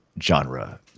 genre